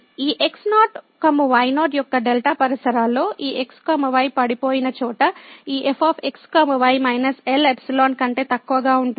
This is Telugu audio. ఈ x0 y0 యొక్క డెల్టా పరిసరాల్లో ఈ x y పడిపోయిన చోట ఈ f x y minus L epsilon కంటే తక్కువగా ఉంటుంది